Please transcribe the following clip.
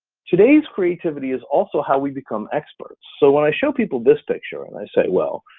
today's creativity is also how we become experts. so when i show people this picture, and i say, well,